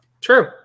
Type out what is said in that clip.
True